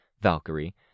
Valkyrie